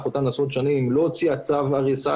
אותן עשרות שנים לא הוציאה צו הריסה,